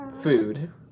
food